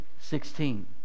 sixteen